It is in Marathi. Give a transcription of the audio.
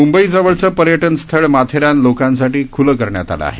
मुंबईजवळचं पर्यटन स्थळ माथेरान लोकांसाठी खुलं करण्यात आलं आहे